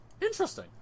Interesting